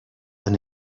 and